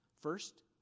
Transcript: First